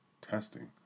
testing